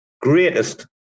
Greatest